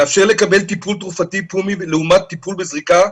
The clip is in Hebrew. לאפשר לקבל טיפול תרופתי ולעומת טיפול בזריקה,